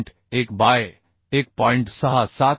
1 by 1